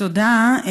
תודה.